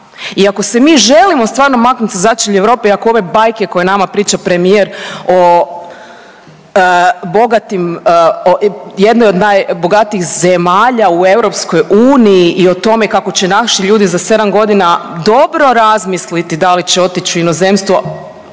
I ako se mi želimo stvarno maknuti sa začelja Europe i ako ove bajke koje nama priča premijer o bogatim, jednoj od najbogatijih zemalja u EU i o tome kako će naši ljudi za 7 godina dobro razmisliti da li će otići u inozemstvo,